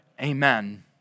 amen